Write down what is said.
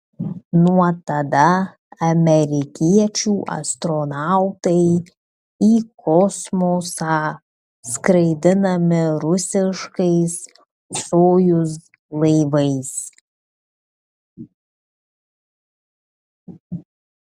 nuo tada amerikiečių astronautai į kosmosą skraidinami rusiškais sojuz laivais